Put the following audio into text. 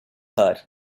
her